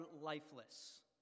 lifeless